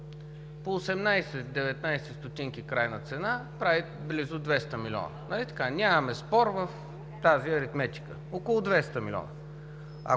по 18 – 19 стотинки крайна цена, прави близо 200 милиона. Нали така? Нямаме спор в тази аритметика – около 200 милиона.